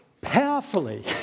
powerfully